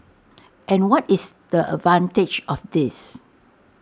and what is the advantage of this